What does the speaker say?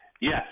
Yes